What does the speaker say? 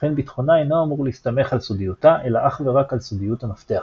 לכן ביטחונה אינו אמור להסתמך על סודיותה אלא אך ורק על סודיות המפתח,